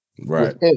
right